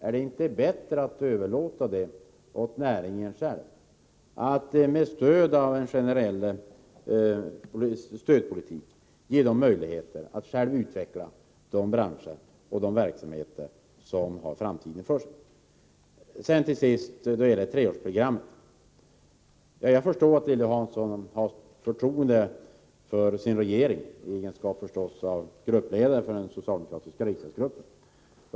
Är det inte bättre att låta näringen själv, med hjälp av en generell stödpolitik, utveckla de verksamheter som har framtiden för sig? Till sist några ord om treårsprogrammet. Jag kan förstå att Lilly Hansson, i egenskap av gruppledare för den socialdemokratiska riksdagsgruppen, har förtroende för sin regering.